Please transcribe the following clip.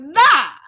nah